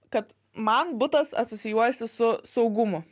kad man butas asocijuojasi su saugumu